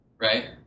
right